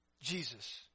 Jesus